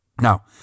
Now